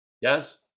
yes